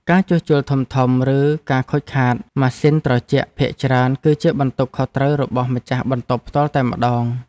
ការជួសជុលធំៗឬការខូចខាតម៉ាស៊ីនត្រជាក់ភាគច្រើនគឺជាបន្ទុកខុសត្រូវរបស់ម្ចាស់បន្ទប់ផ្ទាល់តែម្តង។